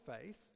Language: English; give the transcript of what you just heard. faith